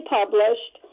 published